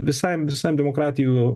visam visam demokratijų